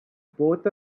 both